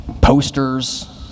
posters